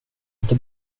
inte